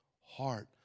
heart